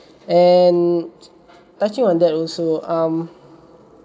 and touching on that also um